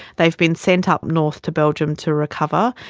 they've been sent up north to belgium to recover,